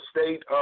state